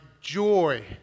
joy